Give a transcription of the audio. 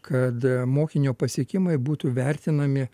kad mokinio pasiekimai būtų vertinami